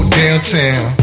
downtown